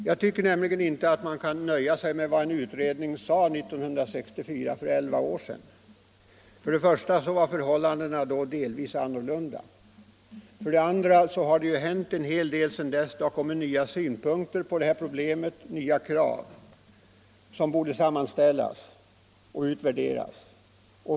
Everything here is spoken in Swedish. Jag anser nämligen inte att man nu kan nöja sig med vad en utredning sade 1964 = för elva år sedan. För det första var förhållandena då delvis annorlunda än de är nu. För det andra har det sedan dess kommit till nya synpunkter på det här problemet, och det ställs nya krav, som borde sammanställas och utvärderas.